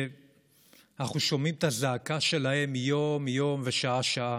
שאנחנו שומעים את הזעקה שלהם יום-יום ושעה-שעה,